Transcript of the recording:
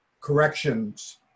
corrections